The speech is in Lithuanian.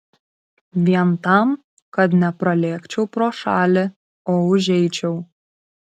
vien tam kad nepralėkčiau pro šalį o užeičiau